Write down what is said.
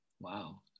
Wow